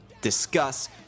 discuss